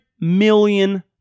million